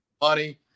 money